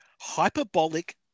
hyperbolic